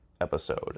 episode